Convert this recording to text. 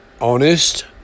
honest